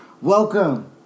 Welcome